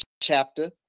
chapter